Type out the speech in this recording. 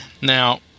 Now